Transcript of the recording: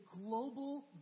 global